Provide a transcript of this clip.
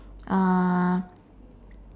uh